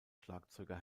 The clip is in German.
schlagzeuger